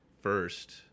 first